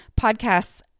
podcasts